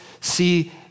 see